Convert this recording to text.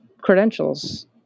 credentials